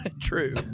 True